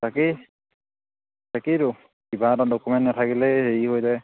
তাকেই তাকেইতো কিবা এটা ডকুমেণ্ট নাথাকিলেই হেৰি হৈ যায়